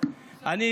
אני